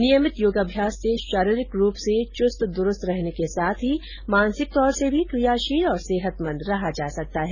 नियमित योगाभ्यास से शारीरिक रुप से चुस्त दुरुस्त रहने के साथ ही मानसिक तौर से भी क्रियाशील और सेहतमंद रहा जा सकता है